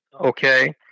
Okay